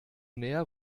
näher